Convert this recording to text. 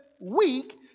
week